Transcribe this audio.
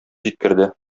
җиткерде